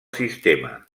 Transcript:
sistema